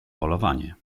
polowanie